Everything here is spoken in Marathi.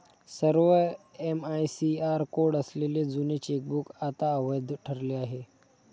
सर्व एम.आय.सी.आर कोड असलेले जुने चेकबुक आता अवैध ठरले आहे